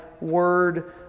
Word